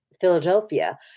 Philadelphia